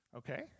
Okay